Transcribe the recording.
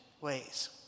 ways